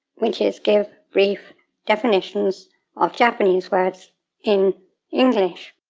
which is give brief definitions of japanese words in english.